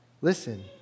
listen